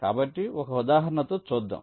కాబట్టి ఒక ఉదాహరణతో చూద్దాం